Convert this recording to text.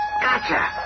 Gotcha